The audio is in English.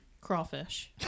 Crawfish